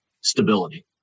stability